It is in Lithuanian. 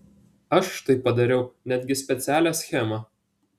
aš štai padariau netgi specialią schemą